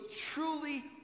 truly